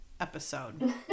episode